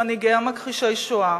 שמנהיגיה מכחישי שואה